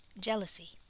jealousy